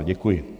Děkuji.